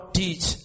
teach